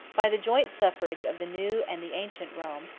by the joint suffrage of the new and the ancient rome,